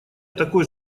такой